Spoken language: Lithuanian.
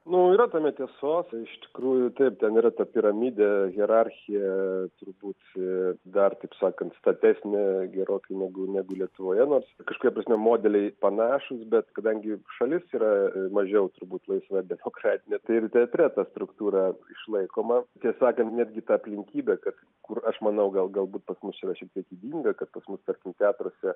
nu yra tame tiesos iš tikrųjų taip ten yra ta piramidė hierarchija turbūt dar taip sakant statesnė gerokai negu negu lietuvoje nors kažkuria prasme modeliai panašūs bet kadangi šalis yra mažiau turbūt laisva demokratinė tai ir teatre ta struktūra išlaikoma tiesą sakant netgi ta aplinkybė kad kur aš manau gal galbūt pas mus yra šiek tiek ydinga kad pas mus tarkim teatruose